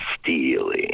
Stealing